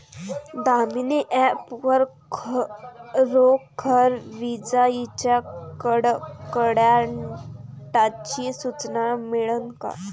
Damini app वर खरोखर विजाइच्या कडकडाटाची सूचना मिळन का?